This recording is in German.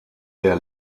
der